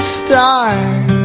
start